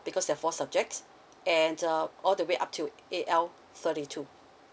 because there're four subjects and um all the way up to A_L thirty two